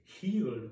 healed